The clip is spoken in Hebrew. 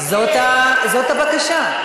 זאת הבקשה.